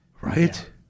Right